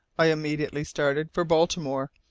i immediately started for baltimore,